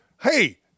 Hey